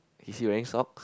is he wearing socks